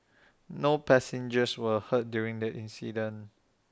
no passengers were hurt during the incident